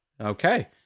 Okay